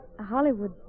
Hollywood